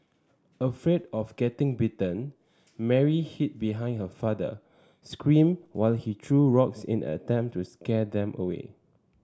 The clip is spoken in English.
afraid of getting bitten Mary hid behind her father screamed while he threw rocks in an attempt to scare them away